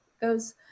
goes